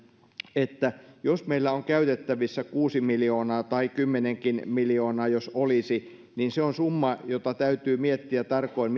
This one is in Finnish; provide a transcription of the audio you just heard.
että jos meillä on käytettävissä kuusi miljoonaa tai jos kymmenenkin miljoonaa olisi niin se on summa jonka kohdentamista täytyy miettiä tarkoin